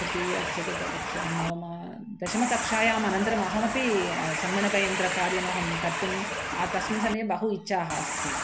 तृतीयः चतुर्थः कक्षा नवमी दशमीकक्षायाम् अनन्तरम् अहमपि सङ्गणकयन्त्रकार्यम् अहं कर्तुं तस्मिन् समये बहु इच्छा अस्ति